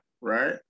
right